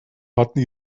hatten